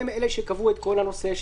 הן אלה שקבעו את כל הנושא,